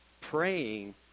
praying